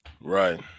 Right